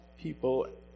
people